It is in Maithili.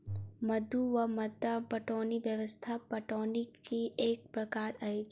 मद्दु वा मद्दा पटौनी व्यवस्था पटौनीक एक प्रकार अछि